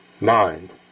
mind